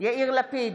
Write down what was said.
יאיר לפיד,